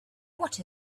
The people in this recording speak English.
what